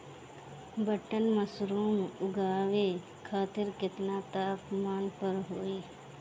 Button mushroom उगावे खातिर केतना तापमान पर होई?